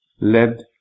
led